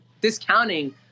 discounting